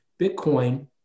Bitcoin